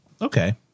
Okay